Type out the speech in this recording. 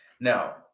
Now